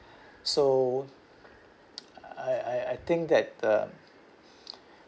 so I I think that the